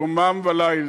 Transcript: יומם וליל.